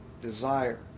desire